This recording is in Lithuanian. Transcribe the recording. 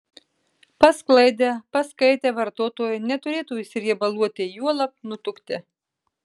pasklaidę paskaitę vartotojai neturėtų išsiriebaluoti juolab nutukti